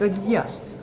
yes